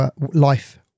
life